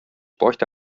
bräuchte